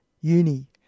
Uni